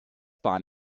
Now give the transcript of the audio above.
bahn